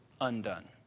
undone